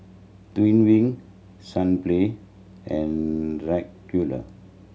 Twining Sunplay and